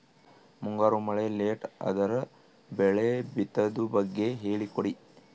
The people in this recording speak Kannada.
ಮುಂಗಾರು ಮಳೆ ಲೇಟ್ ಅದರ ಬೆಳೆ ಬಿತದು ಬಗ್ಗೆ ಹೇಳಿ ಕೊಡಿ?